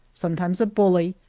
sometimes a bully,